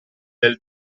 del